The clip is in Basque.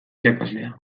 irakaslea